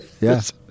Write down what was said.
Yes